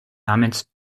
namens